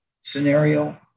scenario